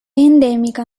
endemica